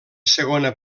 segona